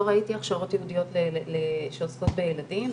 לא ראיתי הכשרות ייעודיות שעוסקות בילדים,